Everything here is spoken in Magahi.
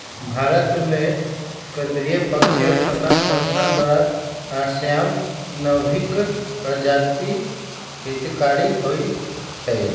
भारतमें केंद्रीय पक्षी अनुसंसधान संस्थान द्वारा, श्याम, नर्भिक प्रजाति हितकारी होइ छइ